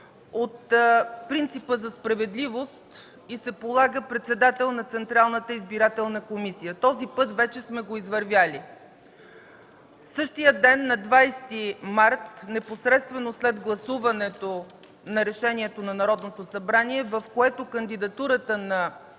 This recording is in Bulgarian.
от принципа за справедливост й се полага председател на Централната избирателна комисия. Този път вече сме го извървяли. Същия ден, на 20 март 2014 г., непосредствено след гласуването на Решението на Народното събрание, в което кандидатурата на